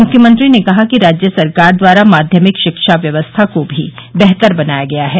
मुख्यमंत्री ने कहा कि राज्य सरकार द्वारा माध्यमिक शिक्षा व्यवस्था को भी बेहतर बनाया गया है